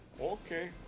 okay